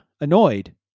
Annoyed